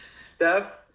Steph